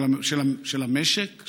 של המשק,